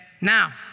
Now